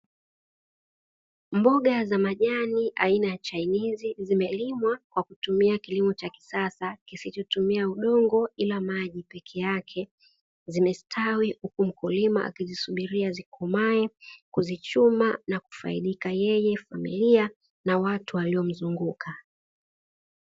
Mboga za majani aina ya Chainizi zimelimwa kwa kutumia kilimo cha kisasa kisichotumia udongo ila maji pekee yake. Zimestawi huku mkulima akizisubiria zikomae, kuzichuma, na kufaidika yeye, familia, na watu waliomzunguka.